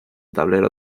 tablero